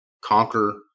conquer